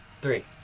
three